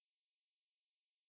so